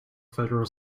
federal